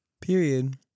Period